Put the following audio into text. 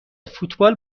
فوتبال